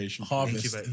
harvest